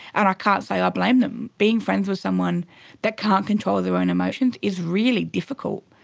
and i can't say i ah blame them. being friends with someone that can't control their own emotions is really difficult.